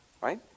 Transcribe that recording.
Right